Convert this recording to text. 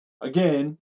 again